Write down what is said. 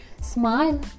Smile